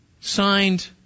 Signed